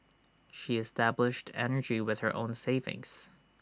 she established energy with her own savings